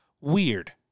weird